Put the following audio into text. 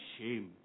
shame